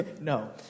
No